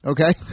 Okay